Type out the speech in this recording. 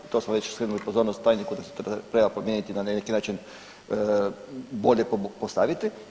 To smo već skrenuli pozornost tajniku da se to treba promijeniti na neki način bolje postaviti.